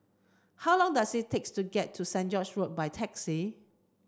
how long does it takes to get to Saint George's Road by taxi